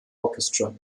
orchestra